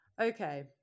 Okay